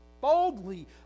boldly